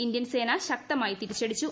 Indian സേന ശക്തമായി തിരിച്ചടിച്ചു